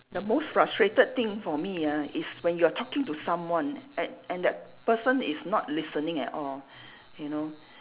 the most frustrated thing for me ah is when you are talking to someone and and that person is not listening at all you know